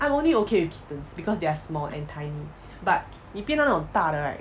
I am only okay with kittens because they're small and tiny but 你变那种大的 right